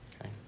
okay